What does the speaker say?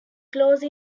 close